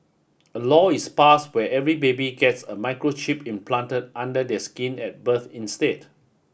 a law is passed where every baby gets a microchip implanted under their skin at birth instead